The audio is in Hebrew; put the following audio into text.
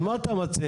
אז מה אתה מציע?